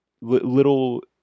little